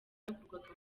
byakorwaga